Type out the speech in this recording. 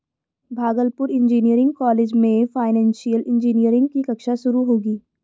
Bhagalpur engineering college में financial engineering की कक्षा शुरू होगी